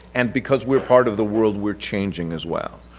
and because we're part of the world we're changing as well.